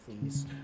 Please